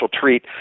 treat